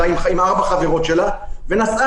לקבל ממנה איזה שהן תובנות לגבי שאר הקבוצות.